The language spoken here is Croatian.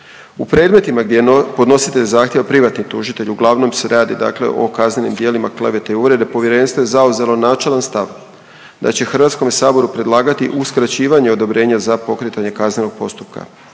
U predmetima gdje je podnositelj zahtjeva privatni tužitelj, uglavnom se radi dakle o kaznenim djelima klevete i uvrede, Povjerenstvo je zauzelo načelan stav da će Hrvatskome saboru predlagati uskraćivanje odobrenja za pokretanje kaznenog postupka.